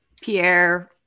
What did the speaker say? Pierre